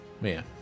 man